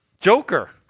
Joker